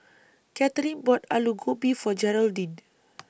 Katherine bought Alu Gobi For Geraldine